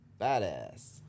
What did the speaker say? badass